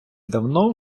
давно